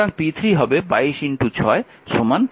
সুতরাং p3 হবে 22 6 132 watt